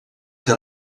que